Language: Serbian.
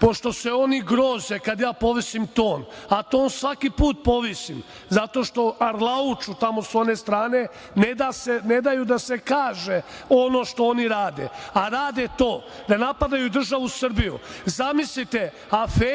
pošto se oni groze kad ja povisim ton, a to svaki put povisim zato što arlauču tamo s one strane, ne daju da se kaže ono što oni rade, a rade to da napadaju državu Srbiju. Zamislite afere